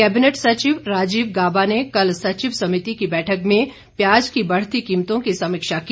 cabinet सचिव राजीव गाबा ने कल सचिव समिति की बैठक में प्याज की बढ़ती कीमतों की समीक्षा की